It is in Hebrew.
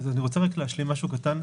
אני רוצה רק להשלים משהו קטן.